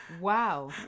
Wow